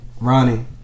Ronnie